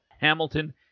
Hamilton